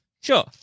sure